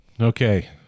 Okay